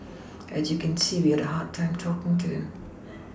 as you can see we had a hard time talking to him